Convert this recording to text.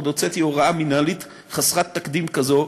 עוד הוצאתי הוראה מינהלית חסרת תקדים כזאת